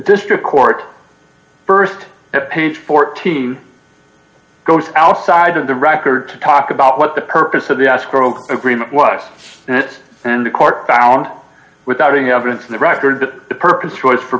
district court st page fourteen goes outside of the record to talk about what the purpose of the escrow agreement was and the court found without any evidence in the record the purpose choice for